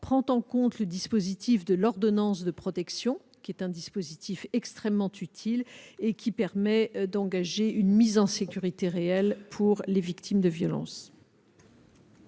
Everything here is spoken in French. prend en compte le dispositif de l'ordonnance de protection, qui est extrêmement utile et permet d'engager une mise en sécurité réelle pour les victimes de violences.